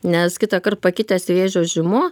nes kitąkart pakitęs vėžio žymuo